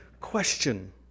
question